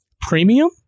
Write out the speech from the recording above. premium